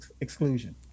exclusion